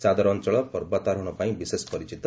ଚାଦର ଅଞ୍ଚଳ ପର୍ବତାରୋହଣ ପାଇଁ ବିଶେଷ ପରିଚିତ